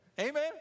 Amen